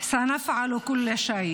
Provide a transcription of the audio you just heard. בגיל כזה,